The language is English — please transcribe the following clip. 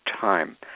time